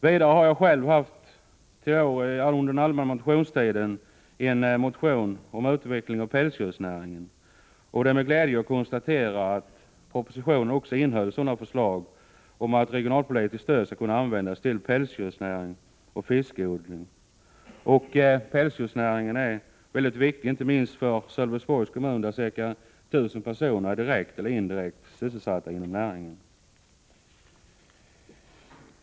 Vidare har jag själv under den allmänna motionstiden haft en motion om utveckling av pälsdjursnäringen, och det är med glädje jag konstaterar att även propositionen innehöll förslag om att regionalpolitiskt stöd också skall kunna användas för pälsdjursnäringen och fiskodlingen. Pälsdjursnäringen är väldigt viktig, inte minst för Sölvesborgs kommun, där ca 1 000 personer är direkt eller indirekt sysselsatta inom näringen.